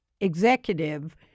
executive